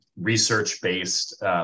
research-based